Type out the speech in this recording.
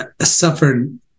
suffered